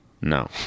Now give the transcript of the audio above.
No